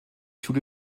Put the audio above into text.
schule